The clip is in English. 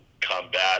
combat